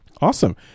Awesome